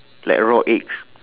like raw eggs